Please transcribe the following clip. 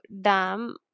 dam